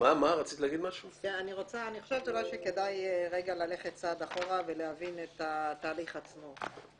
אני חושבת שכדאי רגע ללכת צעד אחורה ולהבין את התהליך עצמו.